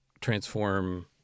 transform